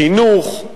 חינוך,